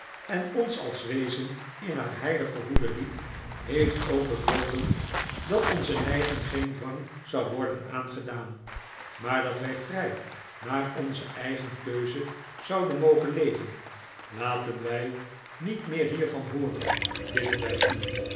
en ons als weezen in haar heilige hoede liet heeft ook bevolen dat onze neiging geen dwang zou worden aangedaan maar dat wij vrij naar onze eigen keuze zouden mogen leven laten wij niet meer hiervan hooren bidden wij u